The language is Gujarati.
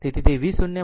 તેથી તે v0 0 વોલ્ટ છે